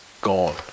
Gone